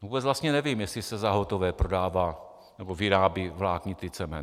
Vůbec vlastně nevím, jestli se za hotové prodává, nebo vyrábí vláknitý cement.